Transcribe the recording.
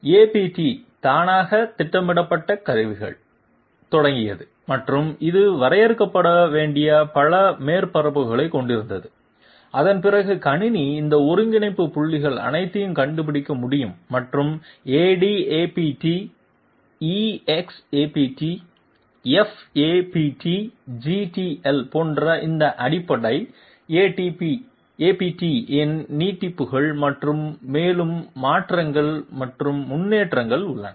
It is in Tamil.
APT தானாக திட்டமிடப்பட்ட கருவிகள் தொடங்கியது மற்றும் இது வரையறுக்கப்பட வேண்டிய பல மேற்பரப்புகளைக் கொண்டிருந்தது அதன் பிறகு கணினி இந்த ஒருங்கிணைப்பு புள்ளிகள் அனைத்தையும் கண்டுபிடிக்க முடியும் மற்றும் ADAPT EXAPT FAPT GTL போன்ற இந்த அடிப்படை APT இன் நீட்டிப்புகள் மற்றும் மேலும் மாற்றங்கள் மற்றும் முன்னேற்றங்கள் உள்ளன